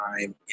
time